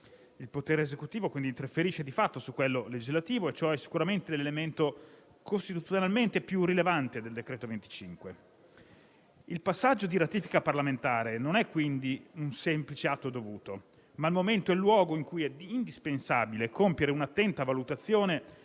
Il potere Esecutivo quindi interferisce di fatto su quello legislativo e ciò è sicuramente l'elemento costituzionalmente più rilevante del decreto-legge n. 25. Il passaggio di ratifica parlamentare non è quindi un semplice atto dovuto, ma è il momento e il luogo in cui è indispensabile compiere un'attenta valutazione